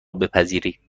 بپذیری